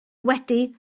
wedi